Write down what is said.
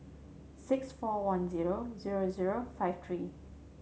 six four one zero zero zero five three